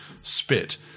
spit